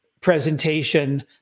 presentation